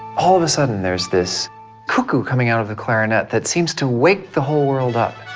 all of a sudden, there's this cuckoo coming out of the clarinet that seems to wake the whole world up.